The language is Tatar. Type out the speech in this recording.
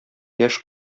яшь